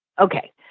Okay